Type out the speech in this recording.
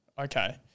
Okay